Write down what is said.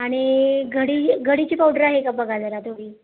आणि घडी घडीची पावडर आहे का बघा जरा थोडी